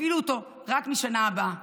תפעילו אותו רק מהשנה הבאה.